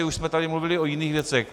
Už jsme tady mluvili o jiných věcech.